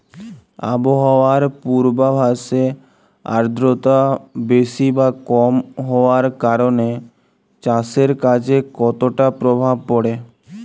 আবহাওয়ার পূর্বাভাসে আর্দ্রতা বেশি বা কম হওয়ার কারণে চাষের কাজে কতটা প্রভাব পড়ে?